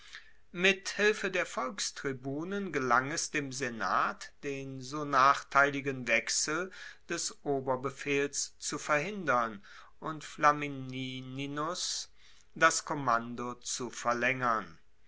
mit hilfe der volkstribunen gelang es dem senat den so nachteiligen wechsel des oberbefehls zu verhindern und flamininus das kommando zu verlaengern